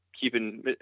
keeping